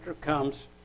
comes